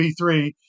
B3